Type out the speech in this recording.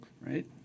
right